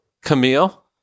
Camille